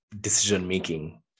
decision-making